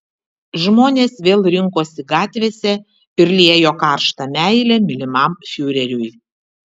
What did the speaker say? žmonės vėl rinkosi gatvėse ir liejo karštą meilę mylimam fiureriui